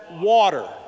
water